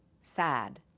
Sad